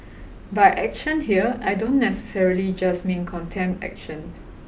by action here I don't necessarily just mean contempt action